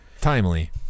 Timely